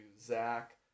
Zach